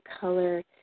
color